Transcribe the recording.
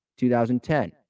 2010